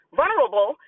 vulnerable